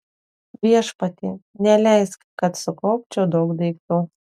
viešpatie neleisk kad sukaupčiau daug daiktų